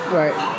right